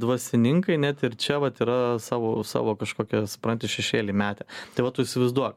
dvasininkai net ir čia vat yra savo savo kažkokias supranti šešėlį metę tai va tu įsivaizduok